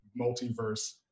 multiverse